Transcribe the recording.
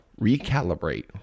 recalibrate